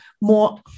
more